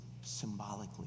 symbolically